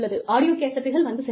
audio கேசட்டுகள் வந்து சென்றன